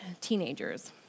teenagers